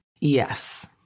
Yes